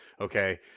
Okay